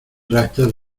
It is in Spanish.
rachas